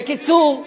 מנתונים רשמיים.